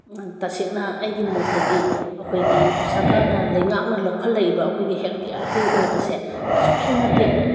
ꯇꯁꯦꯡꯅ ꯑꯩꯒꯤ ꯃꯣꯠꯇꯗꯤ ꯑꯩꯈꯣꯏꯒꯤ ꯁꯔꯀꯥꯔꯅ ꯂꯩꯉꯥꯛꯅ ꯂꯧꯈꯠꯂꯛꯂꯤꯕ ꯑꯩꯈꯣꯏꯒꯤ ꯍꯦꯜꯠ ꯀꯤꯌꯔꯒꯤ ꯑꯣꯏꯕꯁꯦ ꯑꯁꯨꯛꯀꯤ ꯃꯇꯤꯛ